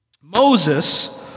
Moses